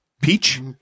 Peach